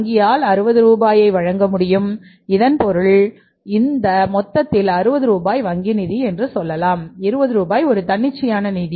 வங்கியால் 60 ரூபாயை வழங்க முடியும் இதன் பொருள் இந்த மொத்தத்தில் 60 ரூபாய் வங்கி நிதி என்று சொல்லலாம் 20 ரூபாய் ஒரு தன்னிச்சையான நிதி